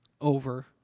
over